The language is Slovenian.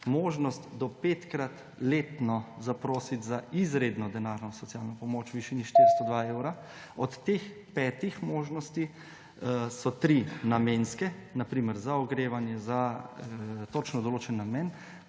možnost do petkrat letno zaprositi za izredno denarno socialno pomoč v višini 402 evra. Od teh petih možnosti so tri namenske, na primer za ogrevanje, za točno določen namen,